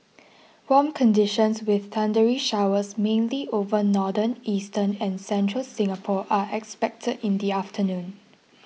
warm conditions with thundery showers mainly over northern eastern and central Singapore are expected in the afternoon